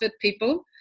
people